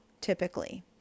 typically